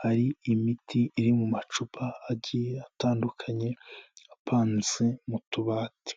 hari imiti iri mu macupa agiye atandukanye apanze mu tubati.